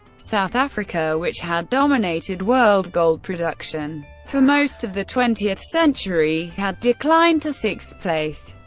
south africa, which had dominated world gold production for most of the twentieth century, had declined to sixth place.